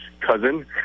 cousin